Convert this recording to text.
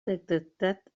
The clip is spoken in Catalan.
detectat